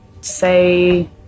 say